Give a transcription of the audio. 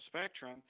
spectrum